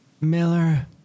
Miller